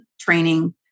training